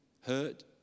hurt